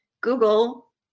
Google